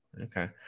Okay